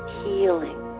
healing